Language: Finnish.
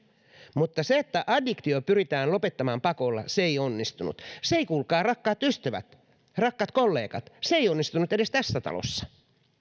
mutta se että addiktio pyritään lopettamaan pakolla ei onnistu se ei kuulkaa rakkaat ystävät rakkaat kollegat onnistunut edes tässä talossa